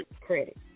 credit